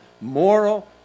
moral